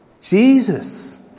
Jesus